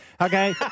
okay